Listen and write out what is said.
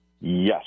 Yes